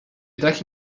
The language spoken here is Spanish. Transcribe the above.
traje